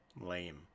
lame